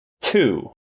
Two